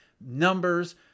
numbers